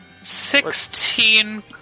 Sixteen